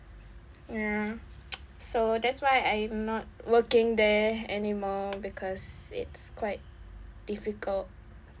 ya so that's why I'm not working there anymore because it's quite difficult